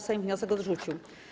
Sejm wniosek odrzucił.